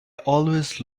always